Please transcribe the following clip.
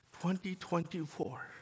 2024